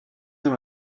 dans